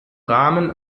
rahmen